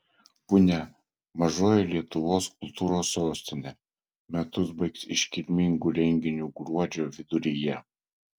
punia mažoji lietuvos kultūros sostinė metus baigs iškilmingu renginiu gruodžio viduryje